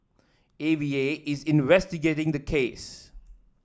A V A is investigating the case